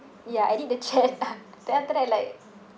ya I did the chat then after that like